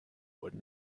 wooden